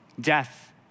Death